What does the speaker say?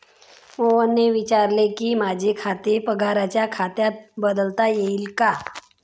मोहनने विचारले की, माझे खाते पगाराच्या खात्यात बदलता येईल का